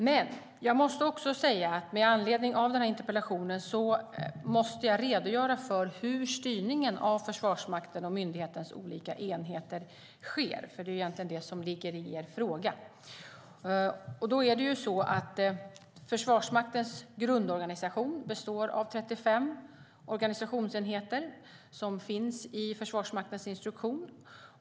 Men med anledning av den här interpellationen måste jag redogöra för hur styrningen av Försvarsmakten och myndighetens olika enheter sker, för det är egentligen det som ligger i frågan. Försvarsmaktens grundorganisation består av 35 organisationsenheter som finns i Försvarsmaktens instruktion.